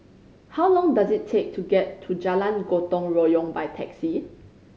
how long does it take to get to Jalan Gotong Royong by taxi